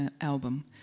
album